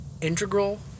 integral